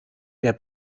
der